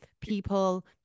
people